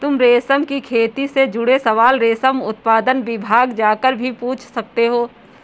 तुम रेशम की खेती से जुड़े सवाल रेशम उत्पादन विभाग जाकर भी पूछ सकते हो